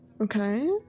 Okay